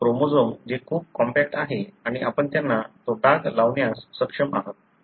chromosome जे खूप compact आहे आणि आपण त्यांना तो डाग लावण्यास सक्षम आहात